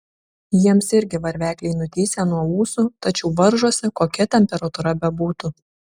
jiems irgi varvekliai nutįsę nuo ūsų tačiau varžosi kokia temperatūra bebūtų